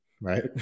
right